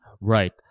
Right